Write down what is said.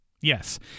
yes